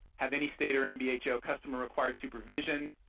have any state or and nbho customer required supervision,